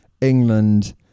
England